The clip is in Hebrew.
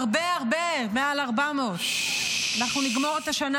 הרבה הרבה מעל 400. אנחנו נגמור את השנה